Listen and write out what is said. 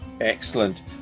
Excellent